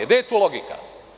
Gde je tu logika?